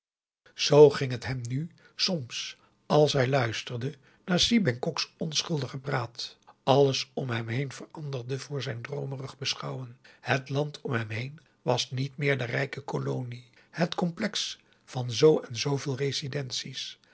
zoo ging het hem nu soms als hij luisterde naar si bengkoks onschuldige praat alles om hem heen veranderde voor zijn droomerig beschouwen het land om hem heen was niet meer de rijke kolonie het complex van zo en zoveel